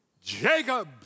Jacob